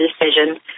decision